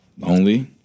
Lonely